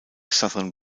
southern